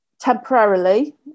temporarily